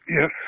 Yes